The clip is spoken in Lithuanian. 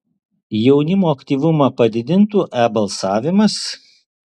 jaunimo aktyvumą padidintų e balsavimas